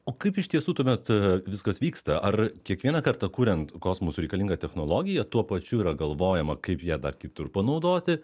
o kaip iš tiesų tuomet viskas vyksta ar kiekvieną kartą kuriant kosmosui reikalingą technologiją tuo pačiu yra galvojama kaip ją dar kitur panaudoti